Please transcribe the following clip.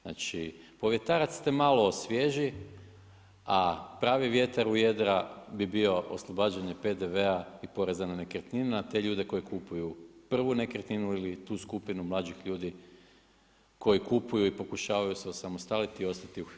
Znači povjetarac te malo osvježi a pravi vjetar u jedra bi bio oslobađanje PDV-a i poreza na nekretnine na te ljude koji kupuju prvu nekretninu ili tu skupinu mlađih ljudi koji kupuju i pokušavaju se osamostaliti i ostati u Hrvatskoj.